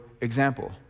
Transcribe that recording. example